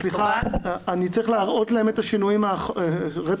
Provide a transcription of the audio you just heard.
אני צריך להראות להם את השינויים רטרואקטיבית?